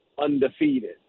undefeated